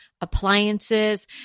appliances